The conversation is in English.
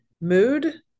mood